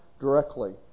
directly